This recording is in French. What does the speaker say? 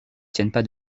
tiennent